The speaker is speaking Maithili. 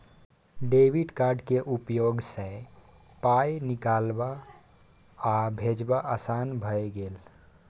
डेबिट कार्ड केर उपयोगसँ पाय निकालब आ भेजब आसान भए गेल